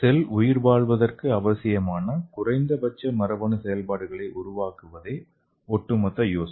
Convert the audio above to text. செல் உயிர்வாழ்வதற்கு அவசியமான குறைந்தபட்ச மரபணு செயல்பாடுகளை உருவாக்குவதே ஒட்டுமொத்த யோசனை